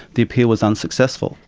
the appeal was unsuccessful.